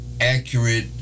accurate